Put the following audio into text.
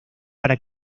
para